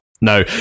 No